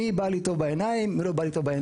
מי בא לי טוב בעיניים, מי לא בא לי טוב בעיניים.